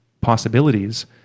possibilities